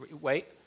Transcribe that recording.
wait